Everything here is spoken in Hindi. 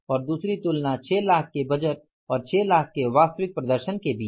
और दूसरी तुलना 6 लाख के बजट और 6 के वास्तविक प्रदर्शन के बीच है